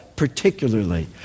Particularly